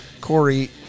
Corey